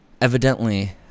evidently